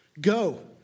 Go